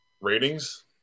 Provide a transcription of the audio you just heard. Ratings